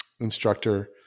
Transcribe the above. instructor